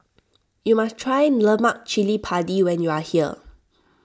you must try Lemak Cili Padi when you are here